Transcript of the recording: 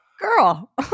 Girl